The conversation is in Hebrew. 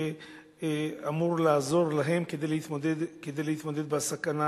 שאמור לעזור להם כדי להתמודד עם הסכנה